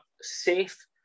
safe